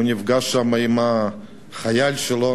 הוא נפגש שם עם חייל שלו